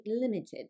limited